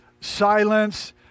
silence